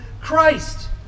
Christ